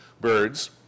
birds